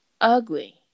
ugly